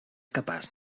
capaç